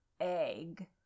egg